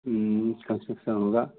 concession होगा